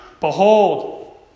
Behold